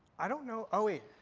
i don't know oh, wait.